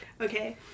Okay